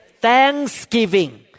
thanksgiving